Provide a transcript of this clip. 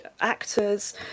actors